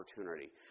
opportunity